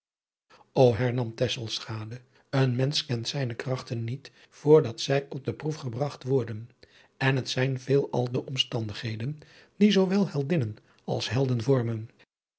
een mensch kent zijne krachten niet voor dat zij op de proef gebragt worden en het zijn veelal de omstandigheden die zo wel heldinnen als helden